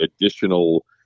additional